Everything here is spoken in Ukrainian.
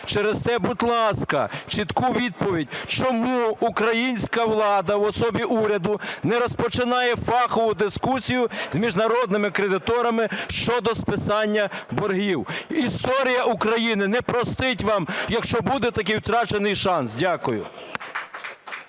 Через те, будь ласка, чітку відповідь: чому українська влада в особі уряду не розпочинає фахову дискусію з міжнародними кредиторами щодо списання боргів? Історія України не простить вам, якщо буде такий втрачений шанс. Дякую.